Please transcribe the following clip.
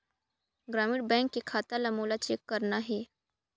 ग्रामीण बैंक के खाता ला मोला चेक करना हे?